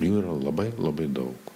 jų yra labai labai daug